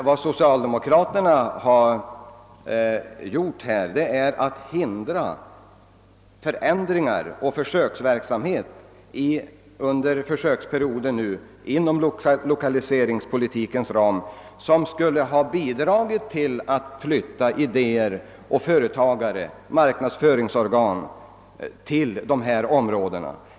Men socialdemokraterna har under den hittillsvarande försöksperioden lagt hinder i vägen för förändringar och försöksverksamhet inom lokaliseringspolitikens ram som skulle ha kunnat bidraga till att flytta idéer, företagare, marknadsorgan etc. till dessa områden.